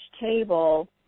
table